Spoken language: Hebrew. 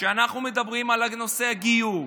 כשאנחנו מדברים על נושא הגיור,